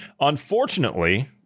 Unfortunately